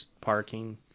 parking